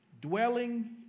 dwelling